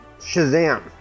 Shazam